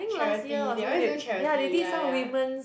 charity they always do charity ya ya